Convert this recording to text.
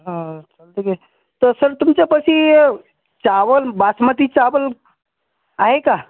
तर सर तुमच्यापाशी चावल बासमती चावल आहे का